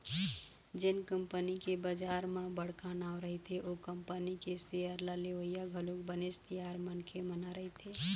जेन कंपनी के बजार म बड़का नांव रहिथे ओ कंपनी के सेयर ल लेवइया घलोक बनेच तियार मनखे मन ह रहिथे